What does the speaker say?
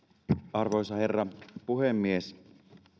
arvoisa herra puhemies